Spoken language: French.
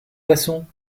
poissons